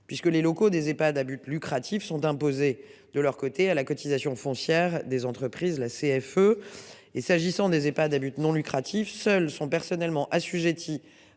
puisque les locaux des Ehpad à but lucratif sont d'imposer de leur côté à la cotisation foncière des entreprises, la CFE et s'agissant des Ehpads à but non lucratif seul sont personnellement assujettis